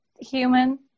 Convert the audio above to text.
human